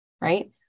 right